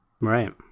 Right